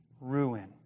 ruin